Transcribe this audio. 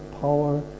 power